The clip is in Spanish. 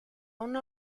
una